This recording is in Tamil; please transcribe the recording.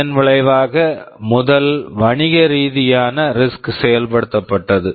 இதன் விளைவாக முதல் வணிக ரீதியான ரிஸ்க் RISC செயல்படுத்தப்பட்டது